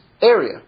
area